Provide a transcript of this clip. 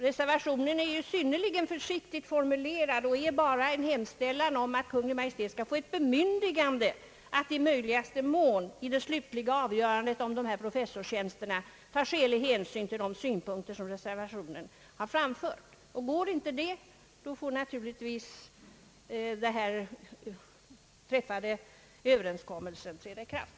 Reservationen är ju synnerligen försiktigt formulerad och syftar bara till att ge Kungl. Maj:t ett bemyndigande att i möjligaste mån vid det slutliga avgörandet beträffande ifrågavarande professorstjänster ta skälig hänsyn till de synpunkter som har framförts i reservationen. Går inte det, får naturligtvis den träffade överenskommelsen träda i kraft.